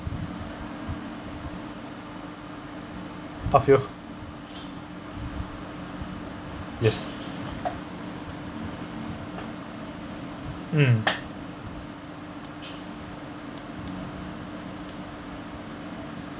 outfield yes mm